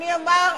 לאחרים לא מגיע?